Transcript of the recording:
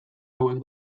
hauek